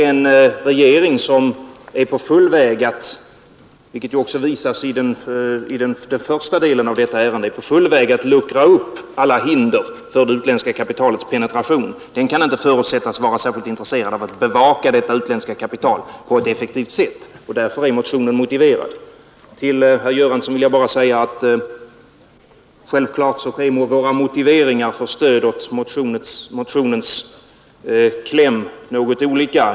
En regering som är i full färd med att — vilket också visas i den första delen av detta ärende — luckra upp alla hinder för det utländska kapitalets penetration kan inte förutsättas vara särskilt intresserad av att bevaka detta utländska kapital på ett effektivt sätt, och därför är motionen motiverad. Till herr Göransson vill jag bara säga att självklart är våra motiveringar för stöd åt motionens kläm något olika.